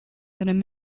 than